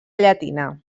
llatina